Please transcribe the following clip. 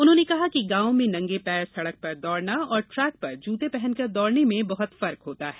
उन्होंने कहा कि गांव में नंगे पैर सड़क पर दौड़ना और ट्रैक पर जूते पहनकर दौड़ने में बहुत फर्क होता है